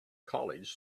college